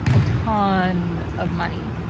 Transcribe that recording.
a ton of money,